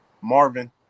Marvin